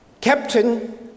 captain